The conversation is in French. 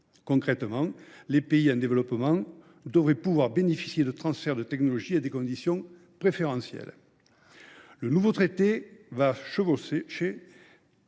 Concrètement, les pays en développement devraient pouvoir bénéficier dudit transfert à des conditions préférentielles. Le nouveau traité va chevaucher des